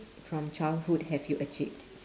from childhood have you achieved